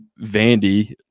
Vandy